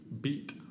beat